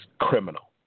criminal